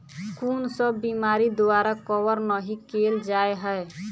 कुन सब बीमारि द्वारा कवर नहि केल जाय है?